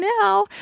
now